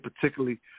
particularly –